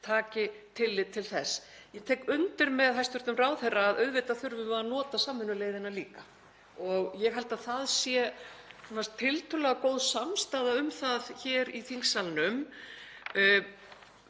taki tillit til þess. Ég tek undir með hæstv. ráðherra að auðvitað þurfum við að nota samvinnuleiðina líka og ég held að það sé tiltölulega góð samstaða um það hér í þingsalnum.